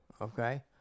Okay